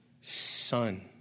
Son